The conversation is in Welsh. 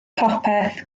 popeth